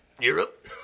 Europe